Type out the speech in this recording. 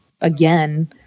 again